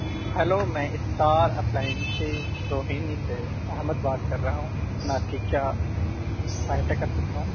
hello میں افطاراپلائنسز روہینی سے احمد بات کر رہا ہوں میں آپ کی کیا سہایتا کر سکتا ہوں